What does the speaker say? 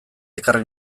ekarri